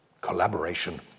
Collaboration